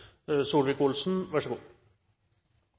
– vær så god